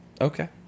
Okay